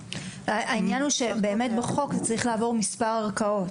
העניין הוא שבחוק זה צריך לעבור מספר ערכאות: